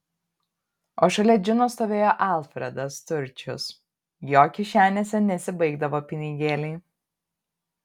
o šalia džino stovėjo alfredas turčius jo kišenėse nesibaigdavo pinigėliai